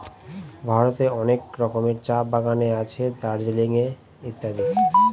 ভারতের অনেক রকমের চা বাগানে আছে দার্জিলিং এ ইত্যাদি